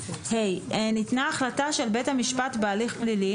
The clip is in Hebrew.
(ה) ניתנה החלטה של בית המשפט בהליך הפלילי